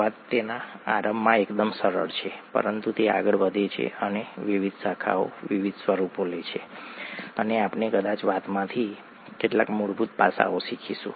વાત તેના આરંભમાં એકદમ સરળ છે પરંતુ તે આગળ વધે છે અને વિવિધ શાખાઓ વિવિધ સ્વરૂપો લે છે અને આપણે કદાચ વાતમાંથી કેટલાક મૂળભૂત પાસાઓ શીખીશું